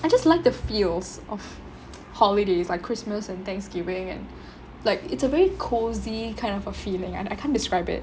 I just like the feels of holidays like christmas and thanksgiving and like it's a very cosy kind of a feeling I I can't describe it